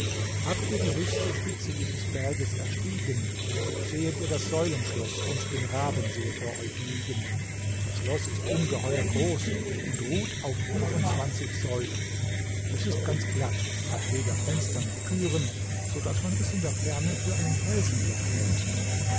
habt ihr die höchste spitze dieses berges erstiegen so sehet ihr das säulenschloß und den rabensee vor euch liegen das schloß ist ungeheuer groß und ruht auf vierundzwanzig säulen es ist ganz glatt hat weder fenster noch türen so daß man es in der ferne für einen felsenblock hält